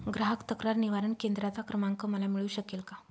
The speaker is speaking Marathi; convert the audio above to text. ग्राहक तक्रार निवारण केंद्राचा क्रमांक मला मिळू शकेल का?